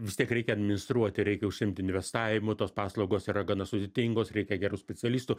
vis tiek reikia administruoti reikia užsiimti investavimu tos paslaugos yra gana sudėtingos reikia gerų specialistų